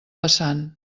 passant